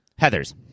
Heathers